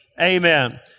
amen